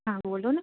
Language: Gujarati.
હા બોલો ને